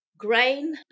Grain